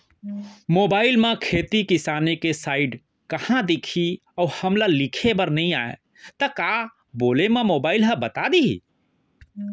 Mobile म खेती किसानी के साइट कहाँ दिखही अऊ हमला लिखेबर नई आय त का बोले म मोबाइल ह बता दिही?